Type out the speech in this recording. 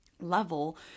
level